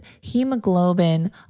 hemoglobin